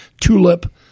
tulip